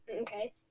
okay